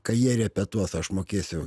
kai jie repetuos aš mokėsiu